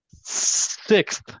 sixth